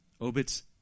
Obits